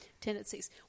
tendencies